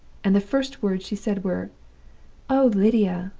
and the first words she said were oh, lydia!